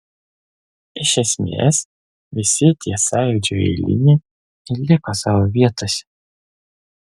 iš esmės visi tie sąjūdžio eiliniai ir liko savo vietose